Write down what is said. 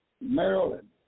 Maryland